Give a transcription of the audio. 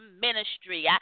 ministry